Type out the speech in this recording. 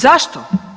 Zašto?